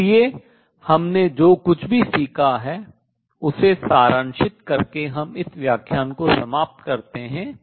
इसलिए हमने जो कुछ भी सीखा है उसे सारांशित करके हम इस व्याख्यान को समाप्त करते हैं